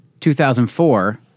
2004